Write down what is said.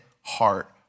heart